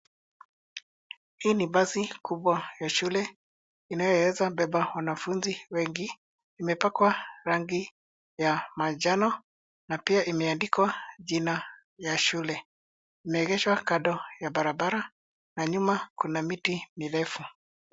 Hii ni basi kubwa ya shule inayoweza beba wanafunzi wengi. Imepakwa rangi ya manjano na pia imeandikwa jina la shule. Limeegeshwa kando ya barabara na nyuma kuna miti mirefu